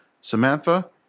Samantha